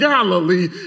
Galilee